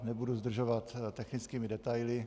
Nebudu zdržovat technickými detaily.